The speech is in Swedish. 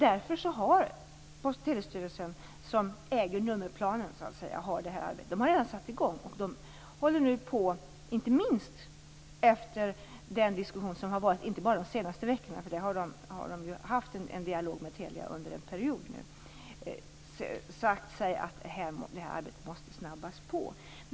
Därför har Post och telestyrelsen, som så att säga äger nummerplanen, inte minst efter den diskussion som har varit inte bara under de senaste veckorna - dialogen har pågått med Telia under en period, sagt att detta arbete måste påskyndas.